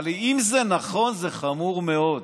אבל אם זה נכון זה חמור מאוד,